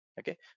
Okay